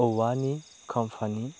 औवानि कम्पानि